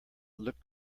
looked